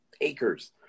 acres